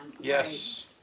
Yes